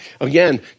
again